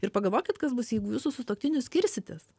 ir pagalvokit kas bus jeigu jūs su sutuoktiniu skirsitės